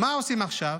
מה עושים עכשיו